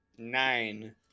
nine